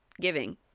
giving